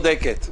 את צודקת.